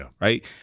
right